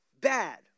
bad